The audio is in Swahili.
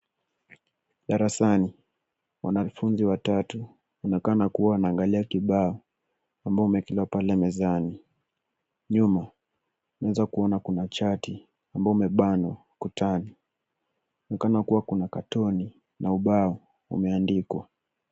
Darasani, wanafunzi watatu wanaonekana kuwa wakiangalia kibao ambao umeekelewa pale mezani. Nyuma tunaweza kuona kuna chati ambao umebanwa ukutani. Inaonekana kuwa kuna katoni na ubao umeandikwa.